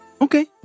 Okay